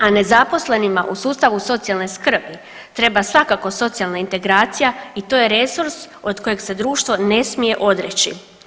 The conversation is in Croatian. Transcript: A nezaposlenima u sustavu socijalne skrbi treba svakako socijalna integracija i to je resurs od kojeg se društvo ne smije odreći.